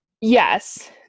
Yes